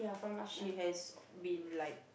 she has been like